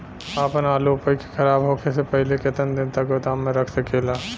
आपन आलू उपज के खराब होखे से पहिले केतन दिन तक गोदाम में रख सकिला?